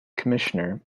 commissioner